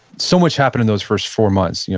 so much happened in those first four months. you know